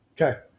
Okay